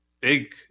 big